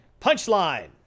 Punchline